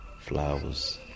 Flowers